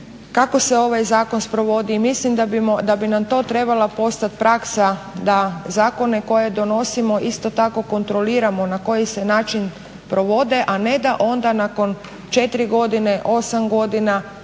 kako se ovaj zakon sprovodi i mislim da bi nam to trebala postat praksa da zakone koje donosimo isto tako kontroliramo na koji se način provode, a ne da onda nakon četiri godine, osam godina,